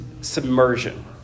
submersion